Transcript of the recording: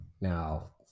Now